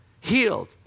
healed